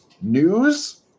news